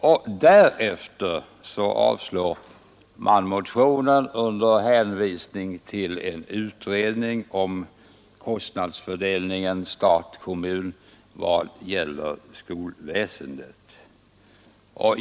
Därför avstyrker utskottet motionen med hänvisning till en pågående utredning om ansvarsfördelningen mellan stat och kommun i vad det gäller skolväsendet.